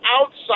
outside